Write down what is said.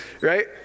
right